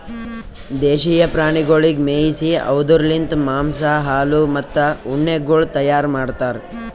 ದೇಶೀಯ ಪ್ರಾಣಿಗೊಳಿಗ್ ಮೇಯಿಸಿ ಅವ್ದುರ್ ಲಿಂತ್ ಮಾಂಸ, ಹಾಲು, ಮತ್ತ ಉಣ್ಣೆಗೊಳ್ ತೈಯಾರ್ ಮಾಡ್ತಾರ್